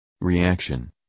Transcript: Reaction